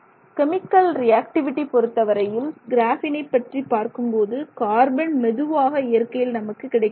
chemical reactivity பொருத்தவரையில் கிராஃபீனை பற்றி பார்க்கும்போது கார்பன் பொதுவாக இயற்கையில் நமக்கு கிடைக்கிறது